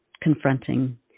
confronting